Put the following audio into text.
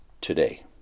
today